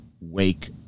wake